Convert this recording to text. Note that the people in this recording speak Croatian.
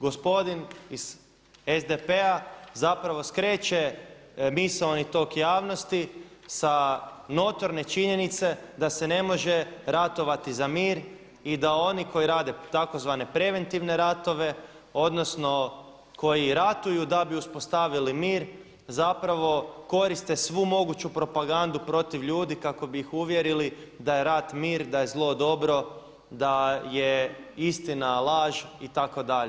Gospodin iz SDP-a zapravo skreće misaoni tok javnosti sa notorne činjenice da se ne može ratovati za mir i da oni koji rade tzv. preventivne ratove odnosno koji ratuju da bi uspostavili mir zapravo koriste svu moguću propagandu protiv ljudi kako bi ih uvjerili da je rat mir, da je zlo dobro, da je istina laž itd.